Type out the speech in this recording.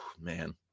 Man